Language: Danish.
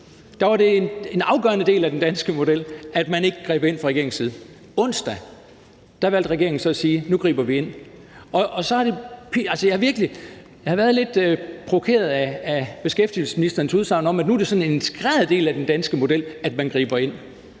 der var det en afgørende del af den danske model, at man ikke greb ind fra regeringens side. Onsdag valgte regeringen så at sige: Nu griber vi ind. Jeg har været lidt provokeret af beskæftigelsesministerens udsagn om, at det nu er sådan en integreret del af den danske model, at man griber ind.